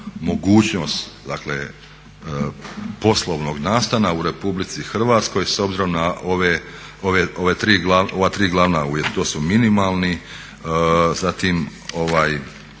mogućnost dakle poslovnog nastana u Republici Hrvatskoj s obzirom na ova tri glavna uvjeta. To su minimalni, zatim